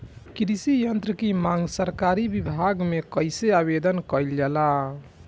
कृषि यत्र की मांग सरकरी विभाग में कइसे आवेदन कइल जाला?